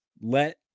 Let